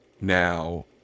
Now